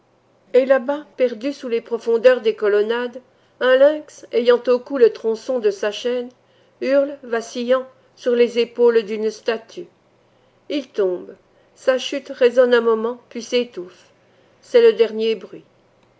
et là-bas perdu sous les profondeurs des colonnades un lynx ayant au cou le tronçon de sa chaîne hurle vacillant sur les épaules d'une statue il tombe sa chute résonne un moment puis s'étouffe c'est le dernier bruit